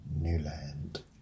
Newland